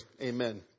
amen